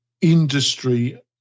industry